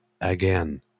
again